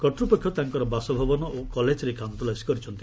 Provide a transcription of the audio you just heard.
କର୍ତ୍ତ୍ୱପକ୍ଷ ତାଙ୍କର ବାସଭବନ ଓ କଲେଜରେ ଖାନତଲାସୀ କରିଛନ୍ତି